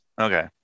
okay